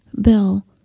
Bill